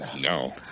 no